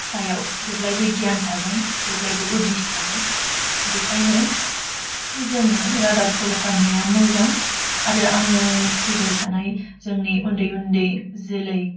सायाव जेब्लायबो गियान थागोन जेब्लायबो उदिस थागोन बेखायनो जोङो रादाब फल' खालामनाया मोजां आरो आङो फैबाय थानाय जोंनि उन्दै उन्दै जोलै